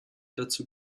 dazu